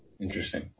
Interesting